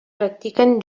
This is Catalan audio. practiquen